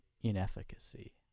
inefficacy